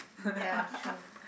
ya true